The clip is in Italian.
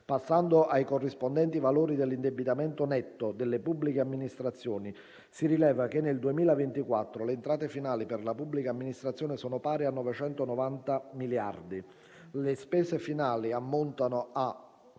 Passando ai corrispondenti valori dell’indebitamento netto delle pubbliche amministrazioni, si rileva che nel 2024 le entrate finali per la pubblica amministrazione sono pari a 990 miliardi, le spese finali ammontano a